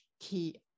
key